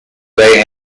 they